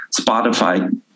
Spotify